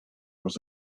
was